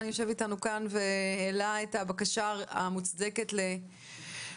יושב אתנו כאן והעלה את הבקשה המוצדקת לביטול מבחן הכנסה.